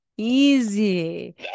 Easy